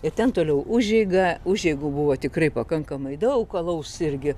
ir ten toliau užeiga užeigų buvo tikrai pakankamai daug alaus irgi